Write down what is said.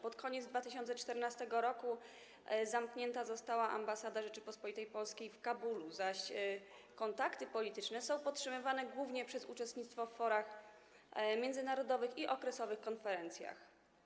Pod koniec 2014 r. zamknięta została ambasada Rzeczypospolitej Polskiej w Kabulu, zaś kontakty polityczne są podtrzymywane głównie przez uczestnictwo w forach międzynarodowych i okresowych konferencjach.